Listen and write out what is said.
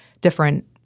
different